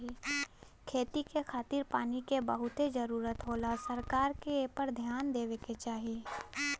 खेती के खातिर पानी के बहुते जरूरत होला सरकार के एपर ध्यान देवे के चाही